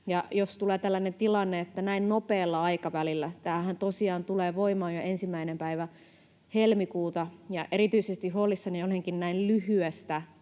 Jos tulee tällainen tilanne, että näin nopealla aikavälillä — tämähän tosiaan tulee voimaan jo 1. päivä helmikuuta — niin erityisen huolissani olenkin näin lyhyestä